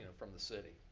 from the city.